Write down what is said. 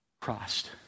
Christ